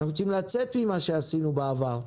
אנחנו רוצים לצאת ממה שעשינו בעבר,